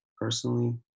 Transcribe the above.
Personally